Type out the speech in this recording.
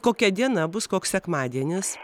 kokia diena bus koks sekmadienis